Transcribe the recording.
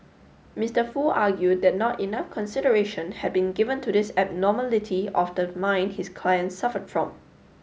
Mister Foo argued that not enough consideration had been given to this abnormality of the mind his client suffered from